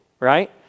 right